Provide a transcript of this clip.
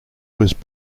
was